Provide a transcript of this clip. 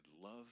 love